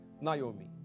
Naomi